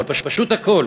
אבל פשוט הכול,